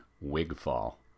Wigfall